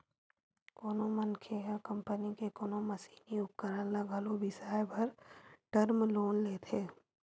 कोनो मनखे ह कंपनी के कोनो मसीनी उपकरन ल घलो बिसाए बर टर्म लोन लेथे